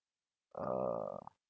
err